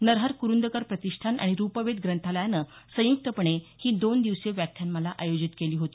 नरहर कुरूंदकर प्रतिष्ठाण आणि रूपवेध ग्रंथालयानं संयुक्तपणे ही दोन दिवसीय व्याख्यानमाला आयोजित केली होती